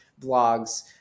blogs